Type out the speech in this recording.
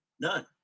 none